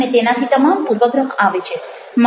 અને તેનાથી તમામ પૂર્વગ્રહ આવે છે